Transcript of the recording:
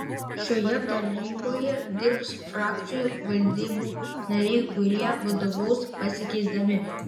šioje taryboje dirbs frakcijų valdybų nariai kurie vadovaus pasikeisdami